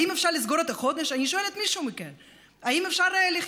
האם אפשר לסגור את החודש?